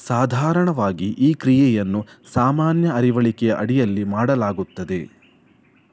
ಸಾಧಾರಣವಾಗಿ ಈ ಕ್ರಿಯೆಯನ್ನು ಸಾಮಾನ್ಯ ಅರವಳಿಕೆಯ ಅಡಿಯಲ್ಲಿ ಮಾಡಲಾಗುತ್ತದೆ